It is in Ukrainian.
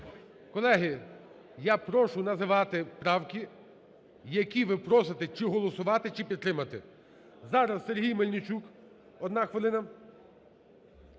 Колеги, я прошу називати правки, які ви просите чи голосувати, чи підтримати. Зараз Сергій Мельничук, одна хвилина.